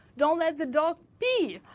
don't let the dog pee.